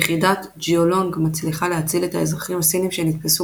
יחידית ג'יאולונג מצליחה להציל את האזרחים הסינים שנתפסו